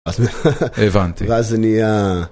הבנתי. ואז זה נהיה